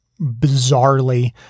bizarrely